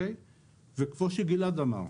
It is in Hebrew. כמו שגלעד אמר,